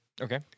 Okay